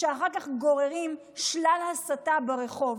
שאחר כך גוררות שלל הסתה ברחוב,